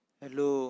hello